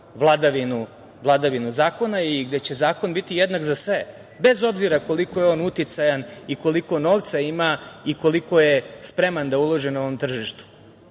vladavinu zakona i gde će zakon biti jednak za sve, bez obzira koliko je on uticajan i koliko novca ima i koliko je spreman da uloži na ovom tržištu. Zato